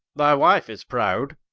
thy wife is prowd,